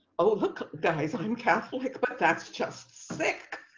oh, look guys i'm catholic, but that's just sick.